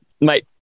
Mate